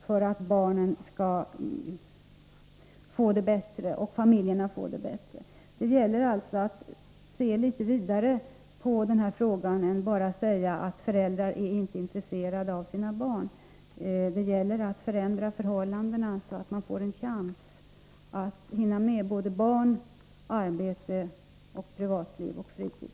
Det gäller att se frågan i ett något vidare perspektiv och inte bara säga att föräldrar inte är intresserade av sina barn. Föräldrarna måste ges en chans att hinna med både barn, arbete och fritid.